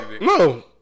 no